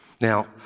Now